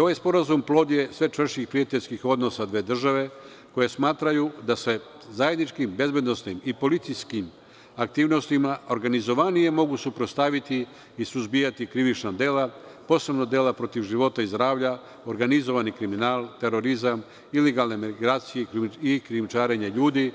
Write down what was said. Ovaj sporazum plod je sve čvršćih prijateljskih odnosa dve države koje smatraju da se zajedničkim bezbednosnim i policijskim aktivnostima, organizovanije mogu suprotstaviti i suzbijati krivična dela, posebno dela protiv života i zdravlja, organizovani kriminal, terorizam, ilegalne migracije i krijumčarenje ljudi,